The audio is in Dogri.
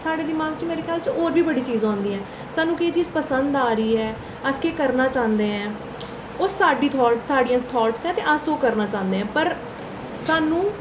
साढ़े दमाग बिच मेरे ख्याल च होर बी बड़ियां चीजां औंदियां न स्हान्नू केह् चीज पसंद आवै दी ऐ अस केह् करना चांह्दे आं ओह् साढ़ियां था साढ़ियां थाटस ऐ ते अस ओह् करना चाह्न्ने आं पर स्हान्नूं